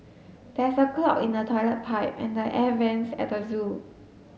there is a clog in the toilet pipe and the air vents at the zoo